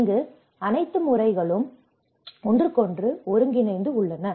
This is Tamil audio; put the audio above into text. இங்கு அனைத்து முறைகளும் ஒன்றுக்கொன்று ஒருங்கிணைத்து உள்ளன